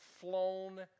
flown